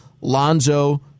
Lonzo